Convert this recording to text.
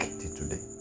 today